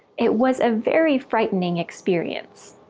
it was a very frightening experience.